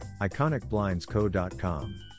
iconicblindsco.com